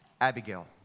Abigail